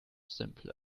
simpler